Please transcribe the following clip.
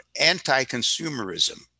anti-consumerism